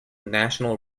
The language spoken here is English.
national